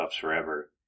forever